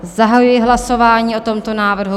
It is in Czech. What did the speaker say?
Zahajuji hlasování o tomto návrhu.